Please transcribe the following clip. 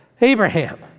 Abraham